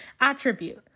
attribute